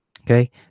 Okay